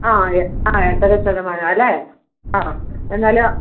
ആ അതെ ആ എട്ടര ശതമാനമാണല്ലേ ആ എന്നാല്